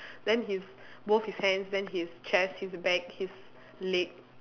then his both his hands then his chest his back his leg